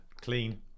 clean